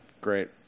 Great